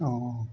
অঁ